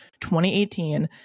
2018